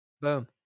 Boom